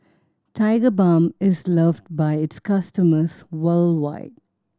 Tigerbalm is loved by its customers worldwide